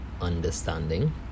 understanding